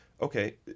Okay